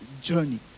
journey